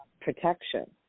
protection